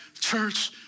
Church